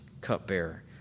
cupbearer